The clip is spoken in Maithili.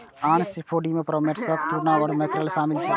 आन सीफूड मे पॉमफ्रेट, शार्क, टूना आ मैकेरल शामिल छै